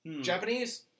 Japanese